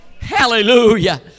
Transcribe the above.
Hallelujah